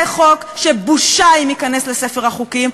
זה חוק שבושה אם ייכנס לספר החוקים.